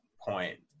point